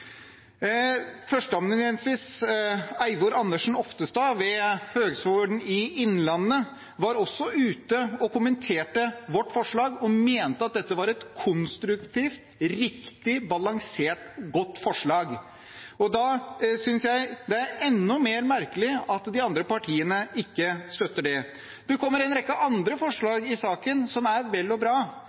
Eivor Andersen Oftestad ved Høgskolen i Innlandet var også ute og kommenterte vårt forslag, og mente at dette var et konstruktivt, riktig, balansert og godt forslag, og da synes jeg det er enda mer merkelig at de andre partiene ikke støtter det. Det kommer en rekke andre forslag i saken som er vel og bra,